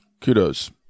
kudos